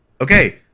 Okay